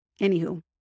anywho